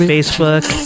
Facebook